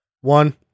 One